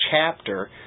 chapter